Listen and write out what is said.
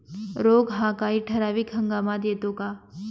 रोग हा काही ठराविक हंगामात येतो का?